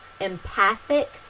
empathic